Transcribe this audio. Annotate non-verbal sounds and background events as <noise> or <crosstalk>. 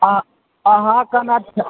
हँ अहाँ <unintelligible>